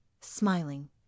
Smiling